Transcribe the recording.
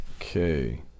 Okay